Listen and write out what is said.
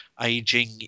aging